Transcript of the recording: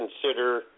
consider